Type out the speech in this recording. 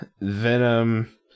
Venom